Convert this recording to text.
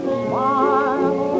smile